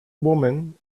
woman